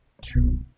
two